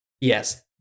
Yes